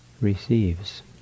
receives